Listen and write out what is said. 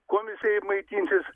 kuom jisai maitinsis